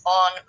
on